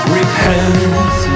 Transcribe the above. repent